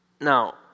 Now